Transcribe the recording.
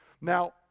Now